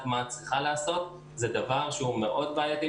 מה היא צריכה לעשות זה דבר שהוא מאוד בעייתי,